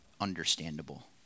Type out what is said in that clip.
understandable